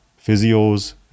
Physios